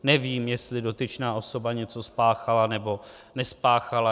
Nevím, jestli dotyčná osoba něco spáchala nebo nespáchala.